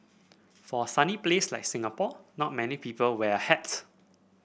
for a sunny place like Singapore not many people wear hats